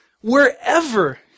wherever